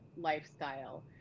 lifestyle